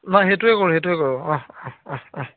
নাই সেইটোৱে কৰোঁ সেইটোৱে কৰোঁ অ অ অ অ